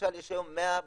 למשל יש היום 106,